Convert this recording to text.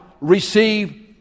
receive